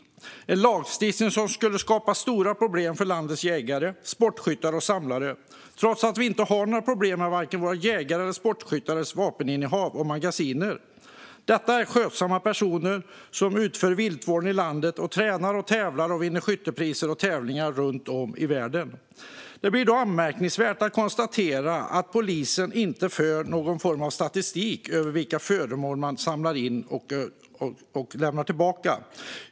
Det är en lagstiftning som skulle skapa stora problem för landets jägare, sportskyttar och samlare, trots att vi inte har några problem med vare sig våra jägares eller sportskyttars vapeninnehav och vapenmagasin. Detta är skötsamma personer som utför viltvård i landet och tränar, tävlar och vinner skyttepriser och tävlingar runt om i världen. Det är då anmärkningsvärt att konstatera att polisen inte för någon form av statistik över vilka föremål som man samlar in och lämnar tillbaka.